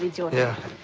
doing here?